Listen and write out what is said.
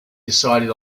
decided